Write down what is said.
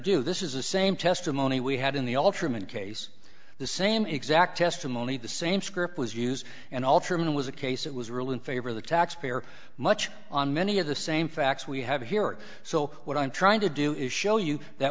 do this is a same testimony we had in the ultraman case the same exact testimony the same script was used and ultraman was a case it was really in favor of the taxpayer much on many of the same facts we have here so what i'm trying to do is show you that